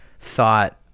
thought